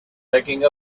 taking